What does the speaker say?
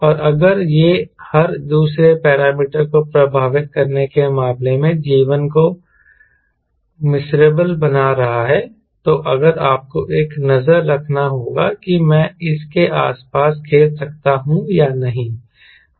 और अगर यह हर दूसरे पैरामीटर को प्रभावित करने के मामले में जीवन को मिज़रेबल बना रहा है तो आपको एक नज़र रखना होगा कि मैं इसके आसपास खेल सकता हूं या नहीं